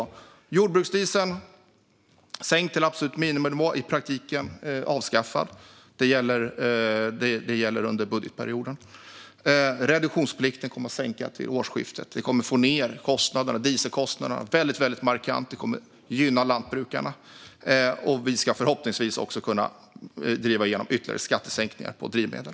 Skatten på jordbruksdieseln är sänkt till absolut miniminivå, i praktiken avskaffad. Det gäller under budgetperioden. Reduktionsplikten kommer att sänkas vid årsskiftet. Vi kommer att få ned dieselkostnaderna väldigt markant, vilket kommer att gynna lantbrukarna, och vi ska förhoppningsvis också kunna driva igenom ytterligare skattesänkningar på drivmedel.